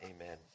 Amen